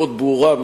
מאוד ברורה,